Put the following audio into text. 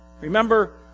Remember